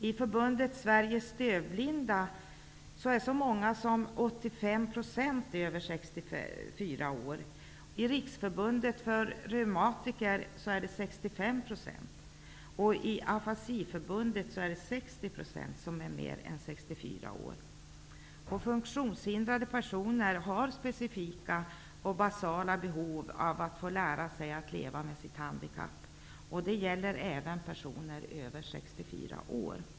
I förbundet Sveriges dövblinda är så många som 85 % över 64 år, i Riksförbundet för reumatiker är det ca 65 % och i Funktionshindrade personer har specifika och basala behov av att få lära sig att leva med sitt handikapp. Det gäller även personer över 64 år.